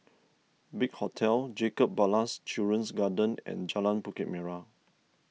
Big Hotel Jacob Ballas Children's Garden and Jalan Bukit Merah